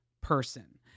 person